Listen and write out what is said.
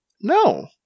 No